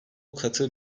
katı